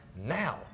now